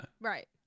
right